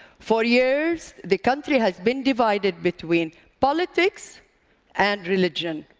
for years, the country has been divided between politics and religion.